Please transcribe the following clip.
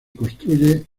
construye